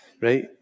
right